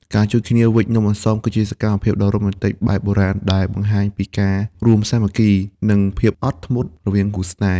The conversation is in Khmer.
ការជួយគ្នាវេច "នំអន្សម" គឺជាសកម្មភាពដ៏រ៉ូមែនទិកបែបបុរាណ ដែលបង្ហាញពីការរួមសាមគ្គី និងភាពអត់ធ្មត់រវាងគូស្នេហ៍។